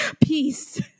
Peace